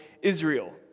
Israel